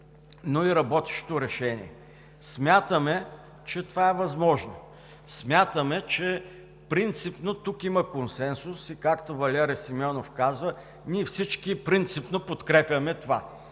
но и работещо решение. Смятаме, че това е възможно. Смятаме, че принципно тук има консенсус и както Валери Сименов каза: „Ние всички принципно подкрепяме това.“